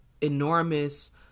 enormous